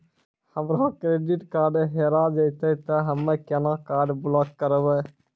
हमरो credit card हेरा जेतै ते हम्मय केना कार्ड ब्लॉक करबै?